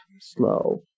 slow